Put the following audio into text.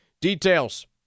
Details